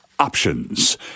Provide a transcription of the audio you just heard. options